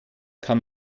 kann